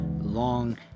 long